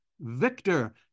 Victor